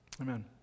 Amen